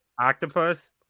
octopus